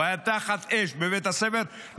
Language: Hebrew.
שהוא היה תחת אש בבית הספר,